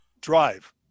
drive